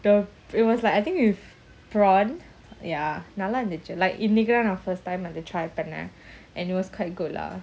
the it was like I think with prawn ya நல்லஇருந்துச்சு:nalla irunthuchu like இன்னைக்குத்தான்நான்:innaikuthan nan first time வந்து:vandhu try பண்ணேன்:pannen and it was quite good lah